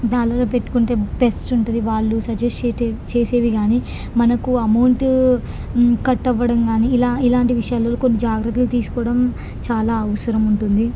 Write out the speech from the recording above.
దానిలో పెట్టుకుంటే బెస్ట్ ఉంటుంది వాళ్ళు సజెస్ట్ చేసేటి చేసేవి కానీ మనకు అమౌంటు కట్ అవ్వడం కానీ ఇలా ఇలాంటి విషయాలలో కొన్ని జాగ్రత్తలు తీసుకోవడం చాలా అవసరముంటుంది